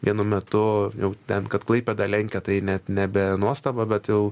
vienu metu jau ten kad klaipėdą lenkia tai net nebe nuostaba bet jau